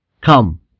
Come